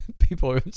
People